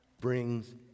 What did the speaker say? brings